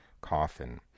coffin